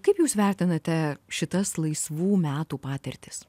kaip jūs vertinate šitas laisvų metų patirtis